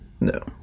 No